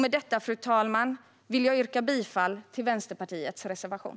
Med detta, fru talman, vill jag yrka bifall till Vänsterpartiets reservation.